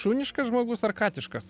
šuniškas žmogus ar katiškas